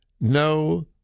no